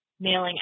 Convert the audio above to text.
mailing